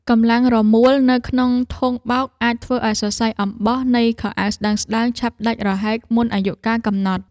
កម្លាំងរមួលនៅក្នុងធុងបោកអាចធ្វើឱ្យសរសៃអំបោះនៃខោអាវស្តើងៗឆាប់ដាច់រហែកមុនអាយុកាលកំណត់។